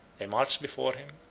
they marched before him,